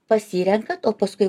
pasirenkat o paskui